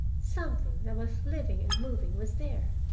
something that was living and moving was there.